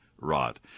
rot